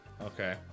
Okay